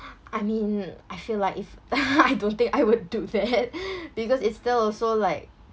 I mean I feel like if I don't think I would do that because it's still also like